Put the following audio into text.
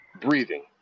breathing